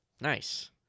Nice